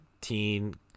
teen